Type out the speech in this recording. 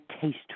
taste